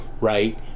right